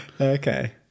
okay